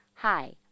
Hi